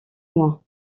mois